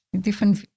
different